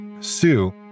Sue